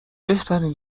بهترین